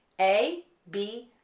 a, b,